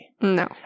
No